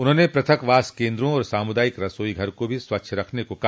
उन्होंने पृथकवास केन्द्रों और सामुदायिक रसोई घर को भी स्वच्छ रखने को कहा